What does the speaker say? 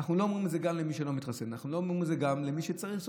אנחנו לא אומרים את זה גם למי שלא מתחסן,